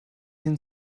den